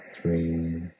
three